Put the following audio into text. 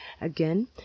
again